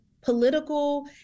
political